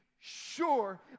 sure